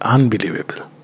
Unbelievable